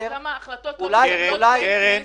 אתה יודע כמה החלטות --- זה מה שקורה כאשר אין פה